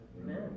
Amen